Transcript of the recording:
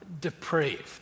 depraved